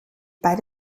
bei